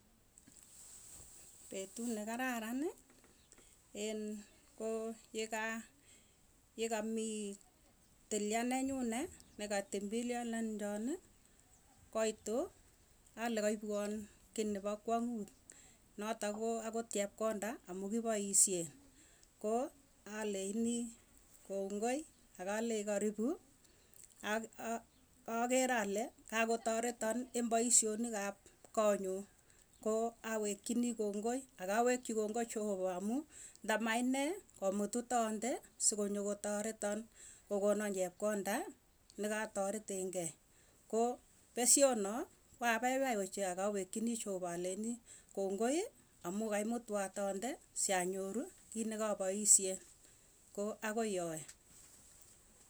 Petuu nekararani, en ko yekaa yekamii tilya nenyune nekatembeleananjoni koitu ale kaipwon kii nepo kwang'uut, notok koo akot chepkonda amuu kipoisyen. Ko aleini kongoi akalei karipu ak aker alee, kakotareton en paisyonik ap konyuu. Ko awekchinii kongoi akawekchi kongoi cheopa amuu, ndamaa inee, komutu taande sokonyo kotoreton kokonon chepkonda nekataretenkei. Ko pesyonoo koapaipai ochee akawekchinii jehova aleni kongoi, amuu kaimutwa taande syanyoru kiit nekapoisyee ko akoi yoe.